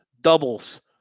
doubles